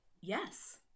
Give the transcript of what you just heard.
Yes